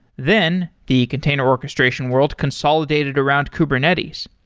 then the container orchestration world consolidated around kubernetes.